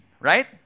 Right